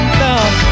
love